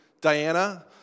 Diana